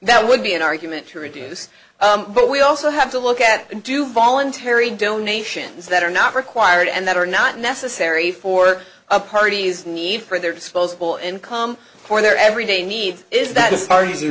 that would be an argument to reduce but we also have to look at do voluntary donations that are not required and that are not necessary for parties need for their disposable income for their everyday needs is that as far